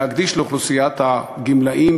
להקדיש לאוכלוסיית הגמלאים,